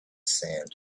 sand